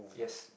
yes